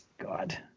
God